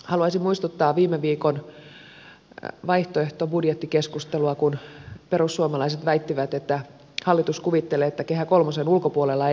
haluaisin muistuttaa viime viikon vaihtoehtobudjettikeskustelusta kun perussuomalaiset väittivät että hallitus kuvittelee että kehä kolmosen ulkopuolella ei ole elämää